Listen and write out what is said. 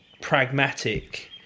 pragmatic